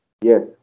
Yes